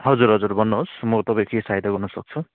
हजुर हजुर भन्नुहोस् मो तपाईँको के सहायता गर्नु सक्छु